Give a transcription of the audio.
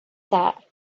that